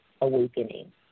Awakening